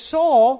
Saul